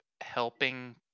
helping